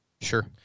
Sure